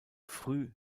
früh